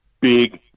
Big